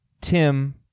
Tim